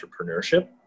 entrepreneurship